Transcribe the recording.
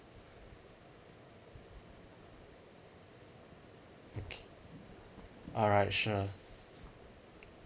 okay alright sure